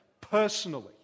personally